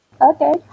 Okay